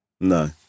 No